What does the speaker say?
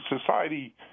society